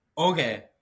Okay